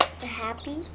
happy